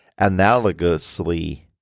analogously